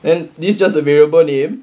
and this is just a variable name